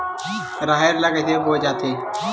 राहेर ल कइसे बोय जाथे?